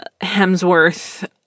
Hemsworth